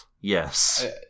Yes